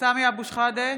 סמי אבו שחאדה,